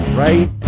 right